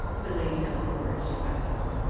said lady delacour, as she passed them.